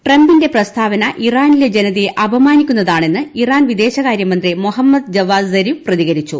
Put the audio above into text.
ട്രംപിന്റെ പ്രസ്താവന ഇറാനിലെ ജനതയെ അപമാനിക്കുന്നതാണെന്ന് ഇറാൻ വിദേശകാര്യമന്ത്രി മൊഹമ്മദ് ജവാദ് സരിഫ് പ്രതികരിച്ചു